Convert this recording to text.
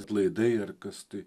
atlaidai ar kas tai